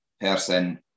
person